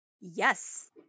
Yes